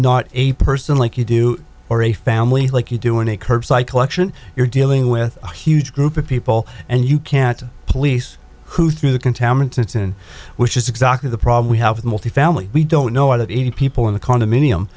not a person like you do or a family like you doing a curbside collection you're dealing with a huge group of people and you can't police who threw the contaminants in which is exactly the problem we have with multifamily we don't know other people in the condominium